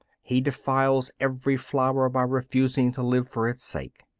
he defiles every flower by refusing to live for its sake.